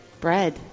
Bread